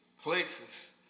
places